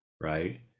right